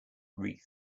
wreath